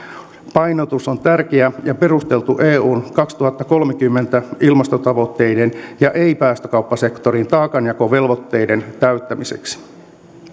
painotus on tärkeä ja perusteltu eun kaksituhattakolmekymmentä ilmastotavoitteiden ja ei päästökauppasektorin taakanjakovelvoitteiden täyttämiseksi